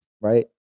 right